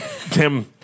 Tim